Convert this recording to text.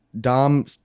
Dom